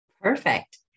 Perfect